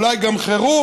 אולי גם חירום,